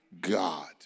God